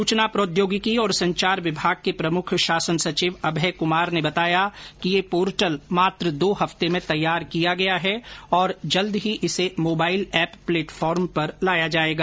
सूचना प्रौद्योगिकी और संचार विभाग के प्रमुख शासन सचिव अभय कुमार ने बताया कि ये पोर्टल मात्र दो हफ्ते में तैयार किया गया है और जल्द ही इसे मोबाइल एप प्लेटफॉर्म पर लाया जाएगा